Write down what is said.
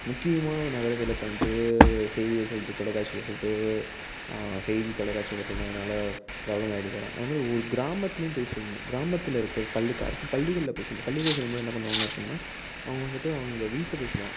முக்கியமான ஒரு நகரத்தில் பண்ணிட்டு செய்தியை சொல்லிட்டு தொலைக்காட்சியில் சொல்லிட்டு செய்தி தொலைக்காட்சியில் சொன்னதுனால் பிரபலம் அந்தமாதிரி ஒரு கிராமத்துலேயும் போய் சொல்லணும் கிராமத்தில் இருக்க பள்ளி க அரசு பள்ளிகள்ல போய் சொல்லணும் பள்ளிகள் சொல்லும்போது என்ன பண்ணுவாங்க அப்புடின்னா அவங்க வந்துட்டு அவங்க வீட்டில போய் சொல்லுவாங்க